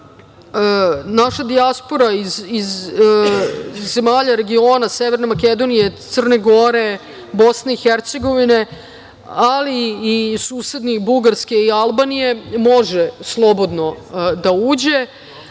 naše dijaspore, iz zemalja regiona, Severne Makedonije, Crne Gore, Bosne i Hercegovine, ali i susedne Bugarske i Albanije može slobodno da uđe,